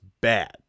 bad